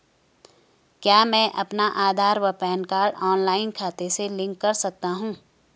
क्या मैं अपना आधार व पैन कार्ड ऑनलाइन खाते से लिंक कर सकता हूँ?